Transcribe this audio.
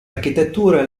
architetture